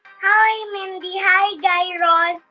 hi, mindy. hi, guy raz.